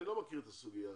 אני לא מכיר את סוגי הזאת.